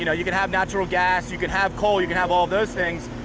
you know you can have natural gas, you can have coal, you can have all those things,